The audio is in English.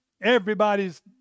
everybody's